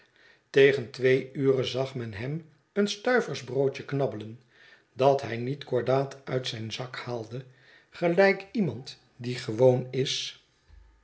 tegen twee ure zag men hem een stuiversbroodje knabbelen dat hij niet cordaat uit zijn zak haalde gelijk iemand die gewoon is